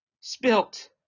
spilt